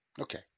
Okay